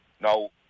Now